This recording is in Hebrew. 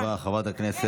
תודה רבה, חברת הכנסת.